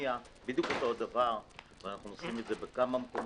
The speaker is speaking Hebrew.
בדיוק אותו דבר בדהניה ואנחנו עושים את זה בכמה מקומות.